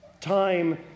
Time